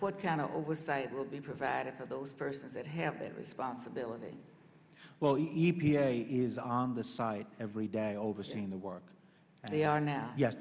what kind of oversight will be provided for those persons that have a responsibility well the e p a is on the site every day overseeing the work and they are now yes